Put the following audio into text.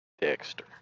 Dexter